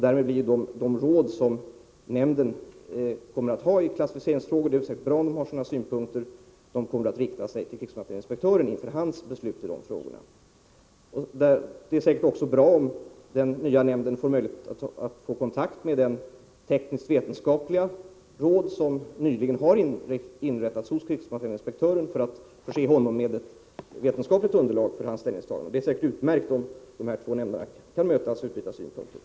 Därmed kommer de råd som nämnden ger i klassificeringsfrågor — det är i och för sig bra om nämnden har sådana synpunkter — att rikta sig till krigsmaterielinspektören inför hans beslut i de frågorna. Det är säkert också bra om den nya nämnden får möjlighet till kontakt med det teknisk-vetenskapliga råd som nyligen har inrättats hos krigsmaterielinspektören för att förse honom med ett vetenskapligt underlag för hans ställningstaganden. Det är säkert utmärkt om de här båda nämnderna kan mötas och utbyta synpunkter.